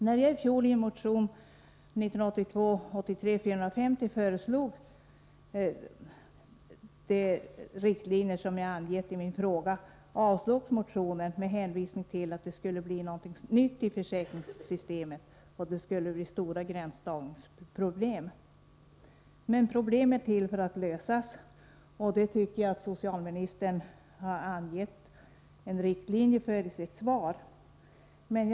och från arbetet i Min motion 1982/83:450, med de riktlinjer som jag angett i min fråga, vissa fall avslogs med hänvisning till att det skulle bli någonting nytt i försäkringssystemet och att det skulle bli stora gränsdragningsproblem. Men problem är till för att lösas, och jag tycker att socialministern har angett en riktlinje för det i sitt svar.